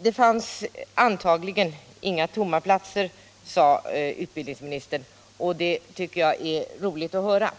Det fanns antagligen inga tomma platser, sade utbildningsministern, och det är roligt att höra.